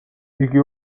იგი